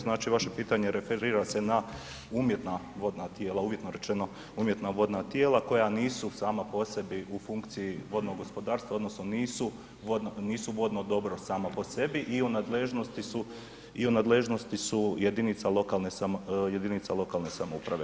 Znači vaše pitanje referira se na umjetna vodna tijela uvjetno rečeno, umjetna vodna tijela koja nisu sama po sebi u funkciji vodnog gospodarstva odnosno nisu vodno dobro samo po sebi i u nadležnosti su, i u nadležnosti su jedinica lokalne samouprave.